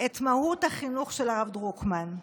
את מהות החינוך של הרב דרוקמן,